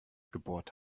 gebohrt